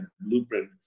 blueprint